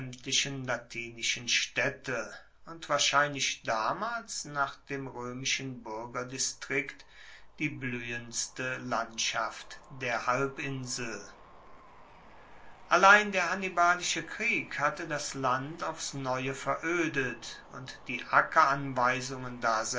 latinischen staedte und wahrscheinlich damals nach dem roemischen buergerdistrikt die bluehendste landschaft der halbinsel allein der hannibalische krieg hatte das land aufs neue veroedet und die